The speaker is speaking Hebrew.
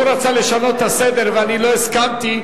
הוא רצה לשנות את הסדר ואני לא הסכמתי,